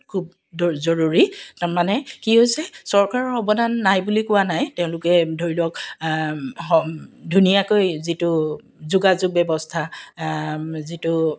খুব দ জৰুৰী তাৰমানে কি হৈছে চৰকাৰৰ অৱদান নাই বুলি কোৱা নাই তেওঁলোকে ধৰি লওক ধুনীয়াকৈ যিটো যোগাযোগ ব্যৱস্থা যিটো